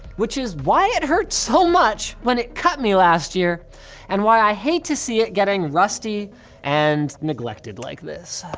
which is why it hurts so much when it cut me last year and why i hate to see it getting rusty and neglected like this